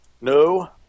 No